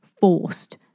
forced